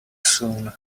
soon